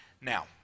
Now